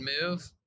move